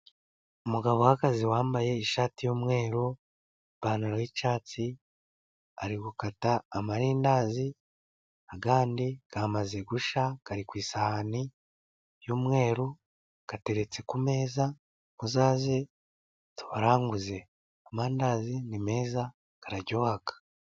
Umugabo uhagaze wambaye ishati yumweru, ipantaro yicyatsi ari gukata amarindazi, kandi amaze gushya ari ku isahani yumweru, ateretse ku meza muzaze tubaranguze amandazi ni meza araryoha.